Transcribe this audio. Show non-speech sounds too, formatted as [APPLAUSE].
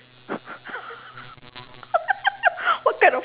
[LAUGHS] what kind of